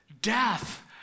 death